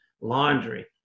laundry